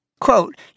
Quote